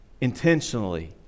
intentionally